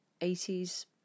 80s